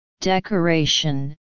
decoration